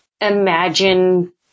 imagine